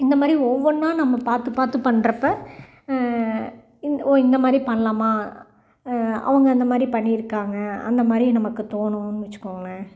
இந்த மாதிரி ஒவ்வொன்னா நம்ம பார்த்து பார்த்து பண்ணுறப்ப இந்த ஓ மாதிரி பண்ணலாமா அவங்க அந்த மாதிரி பண்ணி இருக்காங்க அந்த மாதிரி நமக்கு தோணும்னு வச்சிக்கோங்களேன்